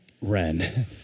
Ren